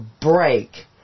break